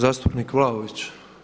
Zastupnik Vlaović.